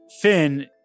Finn